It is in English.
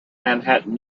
manhattan